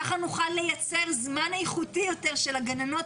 כך נוכל לייצר זמן איכותי יותר של הגננות